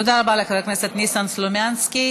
תודה רבה לחבר הכנסת ניסן סלומינסקי.